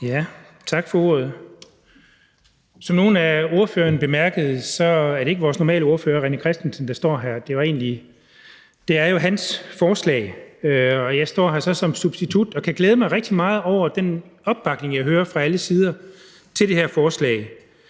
Tak for ordet. Som nogle af ordførerne bemærkede, er det ikke vores normale ordfører, René Christensen, der står her. Det er jo hans forslag, og jeg står her så som substitut og kan glæde mig rigtig meget over den opbakning, jeg hører fra alle sider, til det her forslag.